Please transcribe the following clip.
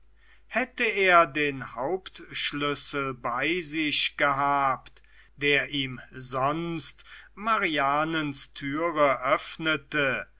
hätte er den hauptschlüssel bei sich gehabt der ihm sonst marianens türe öffnete